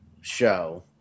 show